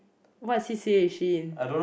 what she says she in